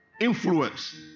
influence